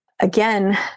again